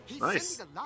Nice